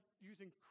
using